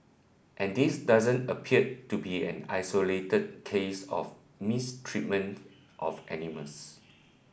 and this doesn't appear to be an isolated case of mistreatment of animals